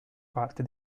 parte